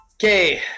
Okay